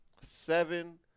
seven